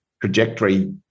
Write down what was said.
trajectory